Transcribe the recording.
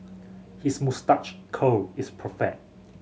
his moustache curl is perfect